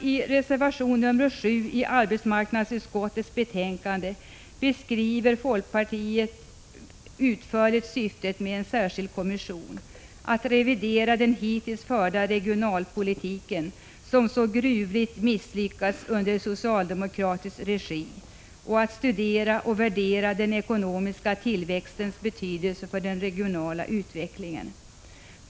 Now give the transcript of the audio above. I reservation nr 7 i arbetsmarknadsutskottets betänkande 125 Prot. 1985/86:149 = beskriver folkpartiet utförligt syftet med en särskild kommission: att revidera den hittills förda regionalpolitiken, som så gruvligt misslyckats under socialdemokratisk regi, och att studera och värdera den ekonomiska tillväxtens betydelse för den regionala utvecklingen.